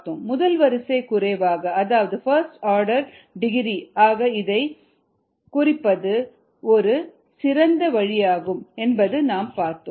முதல் வரிசை குறைவாக அதாவது ஃபர்ஸ்ட் ஆர்டர் டிக்ரிஸ் ஆக இதைக் குறிப்பது ஒரு சிறந்த வழியாகும் என்றும் நாம் பார்த்தோம்